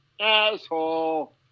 Asshole